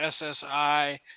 SSI